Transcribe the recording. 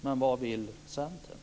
Men vad vill Centern?